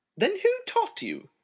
then who taught you?